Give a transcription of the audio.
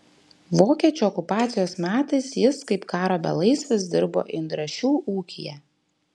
vokiečių okupacijos metais jis kaip karo belaisvis dirbo indrašių ūkyje